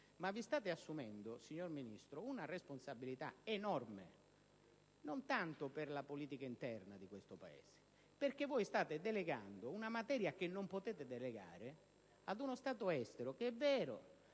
Ma vi state assumendo, signor Ministro, una responsabilità enorme, e non tanto per la politica interna di questo Paese, ma perché state delegando una materia che non potete delegare ad uno Stato estero. È vero